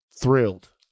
thrilled